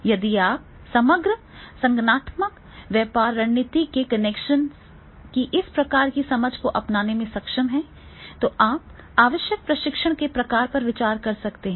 यदि आप समग्र संगठनात्मक व्यापार रणनीति के कनेक्शन की इस प्रकार की समझ को अपनाने में सक्षम हैं तो आप आवश्यक प्रशिक्षण के प्रकार पर विचार कर सकते हैं